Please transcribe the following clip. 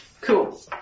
Cool